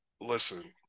listen